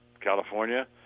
California